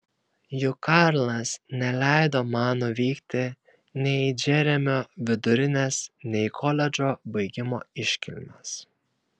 juk karlas neleido man nuvykti nei į džeremio vidurinės nei į koledžo baigimo iškilmes